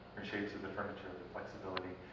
and shapes of the furniture, the flexibility,